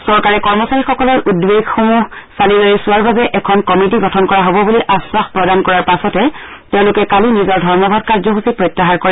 চৰকাৰে কৰ্মচাৰীসকলৰ উদ্বেগসমূহ চালিজাৰি চোৱাৰ বাবে এখন কমিটি গঠন কৰা হ'ব বুলি আগ্নাস প্ৰদান কৰাৰ পাছতে তেওঁলোকে কালি নিজৰ ধৰ্মঘট কাৰ্যসূচী প্ৰত্যাহাৰ কৰে